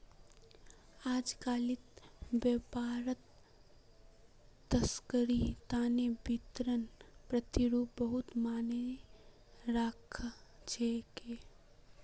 अजकालित व्यापारत तरक्कीर तने वित्तीय प्रतिरूप बहुत मायने राख छेक